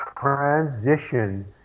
transition